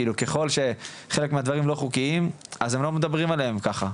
כאילו ככול שחלק מהדברים לא חוקיים אז הם לא מדברים עליהם ככה.